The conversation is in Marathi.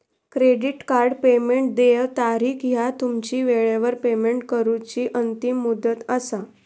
क्रेडिट कार्ड पेमेंट देय तारीख ह्या तुमची वेळेवर पेमेंट करूची अंतिम मुदत असा